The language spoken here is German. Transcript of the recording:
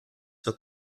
zur